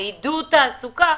לעידוד תעסוקה,